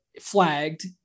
flagged